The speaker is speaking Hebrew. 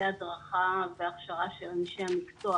אם זה הדרכה והכשרה של אנשי המקצוע